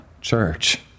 church